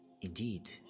Indeed